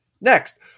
Next